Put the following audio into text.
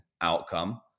outcome